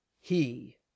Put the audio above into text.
He